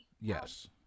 Yes